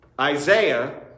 Isaiah